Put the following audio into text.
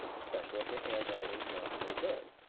especially if your handwriting is not so good.